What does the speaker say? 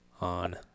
on